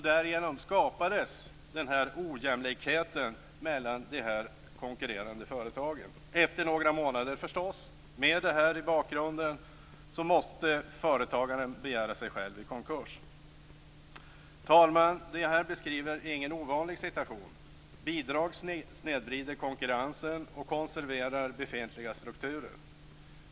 Därigenom skapades en ojämlikhet mellan de här konkurrerande företagen. Efter några månader, med det här i bakgrunden, måste företagaren förstås begära sig själv i konkurs. Fru talman! Det här beskriver ingen ovanlig situation. Bidrag snedvrider konkurrensen och konserverar befintliga strukturer.